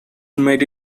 made